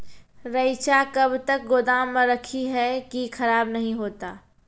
रईचा कब तक गोदाम मे रखी है की खराब नहीं होता?